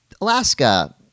Alaska